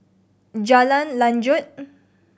Jalan Lanjut